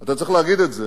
אתה צריך להגיד את זה